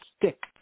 stick